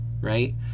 Right